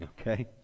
okay